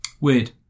Weird